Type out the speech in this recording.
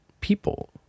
people